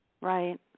Right